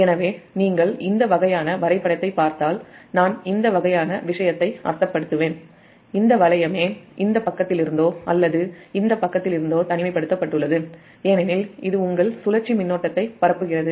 எனவே நீங்கள் இந்த வகையான வரைபடத்தைப் பார்த்தால் நான் இந்த வகையான விஷயத்தை அர்த்தப் படுத்துவேன் இந்த வளையமே இந்த பக்கத்திலிருந்தோ அல்லது இந்த பக்கத்திலி ருந்தோ நியூட்ரல் செய்யப்பட்டது ஏனெனில் இது உங்கள் சுழற்சி மின்னோட்டத்தை பரப்புகிறது